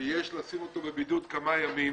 ויש לשים אותו בבידוד כמה ימים